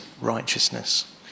righteousness